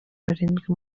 barindwi